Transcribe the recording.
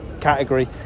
category